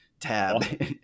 tab